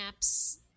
apps